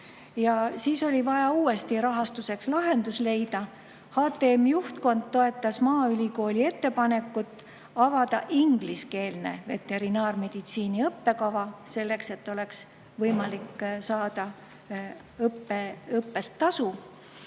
ja siis oli vaja uuesti rahastuseks lahendus leida. HTM‑i juhtkond toetas maaülikooli ettepanekut avada ingliskeelne veterinaarmeditsiini õppekava, selleks et oleks võimalik saada õppest tasu.